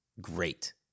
great